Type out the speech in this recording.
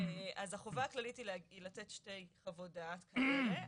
אז החובה הכללית היא לתת שתי חוות דעת כאלה,